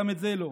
גם את זה לא.